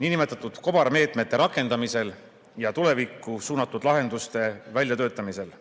nn kobarmeetmete rakendamisel ja tulevikku suunatud lahenduste väljatöötamisel.